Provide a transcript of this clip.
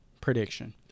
prediction